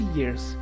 years